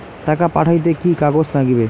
টাকা পাঠাইতে কি কাগজ নাগীবে?